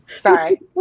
Sorry